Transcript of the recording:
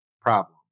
problem